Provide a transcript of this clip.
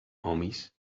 homies